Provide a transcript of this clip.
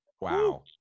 Wow